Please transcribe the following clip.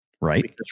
right